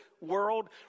world